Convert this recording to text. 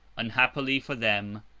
unhappily for them,